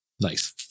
Nice